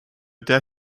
der